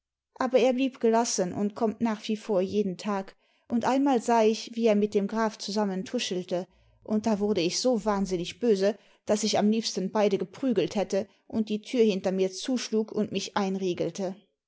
aber er blieb gelassen und kommt nach wie vor jeden tag und einmal sah ich wie er mit dem grafen zusammen tuschelte und da wurde ich so wahnsinnig böse daß ich am liebsten beide geprügelt hätte und die tür hinter mir zuschlug und mich einriegelte